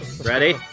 Ready